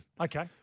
Okay